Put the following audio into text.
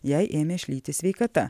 jai ėmė šlyti sveikata